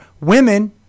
women